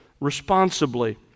responsibly